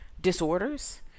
disorders